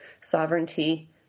sovereignty